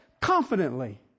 confidently